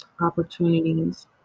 opportunities